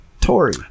Tory